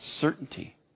certainty